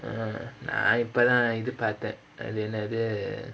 நா இப்பதா இது பாத்தேன் அது என்னது:naa ippathaa ithu paathaen athu ennathu